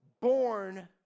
born